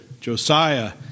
Josiah